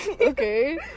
Okay